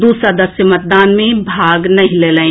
दू सदस्य मतदान मे भाग नहि लेलनि